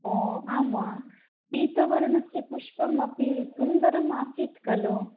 ओ आम् वा पीतवर्णस्य पुष्पम् अपि सुन्दरम् आसीत् खलु